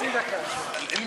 תודה, גברתי היושבת-ראש.